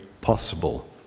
possible